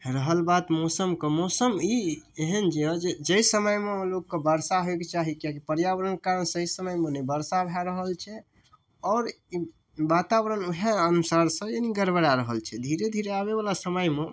रहल बात मौसमके मौसम ई एहन यऽ जाहि समयमे लोकके बरसा होइके चाही किएकि पर्यावरणके कारण सही समयमे नहि बरषा भए रहल छै आओर बाताबरण वएह अनुसार सऽ यानी गड़बड़ा रहल छै धीरे धीरे आबय बला समयमे